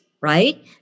right